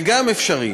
גם זה אפשרי,